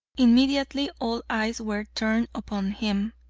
immediately, all eyes were turned upon him,